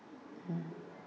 mm